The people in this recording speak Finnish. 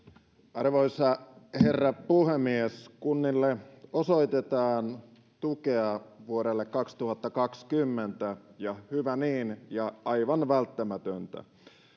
arvoisa herra puhemies kunnille osoitetaan tukea vuodelle kaksituhattakaksikymmentä ja hyvä niin ja aivan välttämätöntä